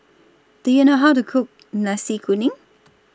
Do YOU know How to Cook Nasi Kuning